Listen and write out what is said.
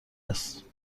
است